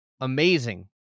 amazing